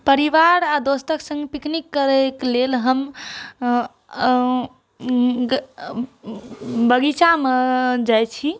परिवार आ दोस्तक संग पिकनिक करैक लेल हम बगीचा मे जाइ छी